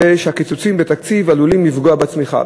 וזה שהקיצוצים בתקציב עלולים לפגוע בצמיחה.